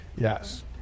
Yes